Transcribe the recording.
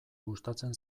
gustatzen